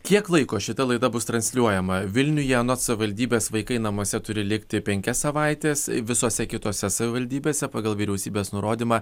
kiek laiko šita laida bus transliuojama vilniuje anot savivaldybės vaikai namuose turi likti penkias savaites visose kitose savivaldybėse pagal vyriausybės nurodymą